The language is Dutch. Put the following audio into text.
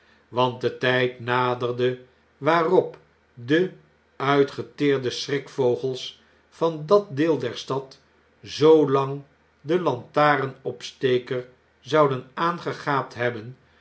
want de tijd naderde waarop de uitgeteerde schrikvogels van dat deel der stad zoo lang den lantarenopsteker zouden aangegaapt hebben